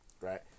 right